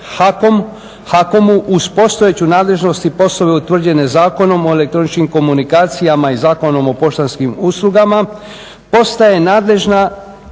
HAKOM-u uz postojeću nadležnost i poslove utvrđene Zakonom o elektroničkim komunikacijama i Zakonom o poštanskim uslugama postaje nadležna